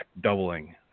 doubling